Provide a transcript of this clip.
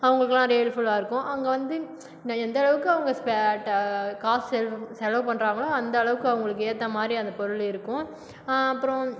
அவங்களுக்குலாம் அது ஹெல்ப்ஃபுல்லாக இருக்கும் அங்கே வந்து எந்த அளவுக்கு அவங்க காசு செல செலவு பண்றாங்களோ அந்த அளவுக்கு அவங்களுக்கு ஏற்ற மாதிரி அந்த பொருள் இருக்கும் அ அப்புறம்